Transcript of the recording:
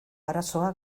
arazoa